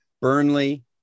Burnley